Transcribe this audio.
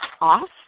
off